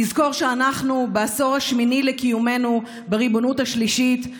תזכור שאנחנו בעשור השמיני לקיומנו בריבונות השלישית,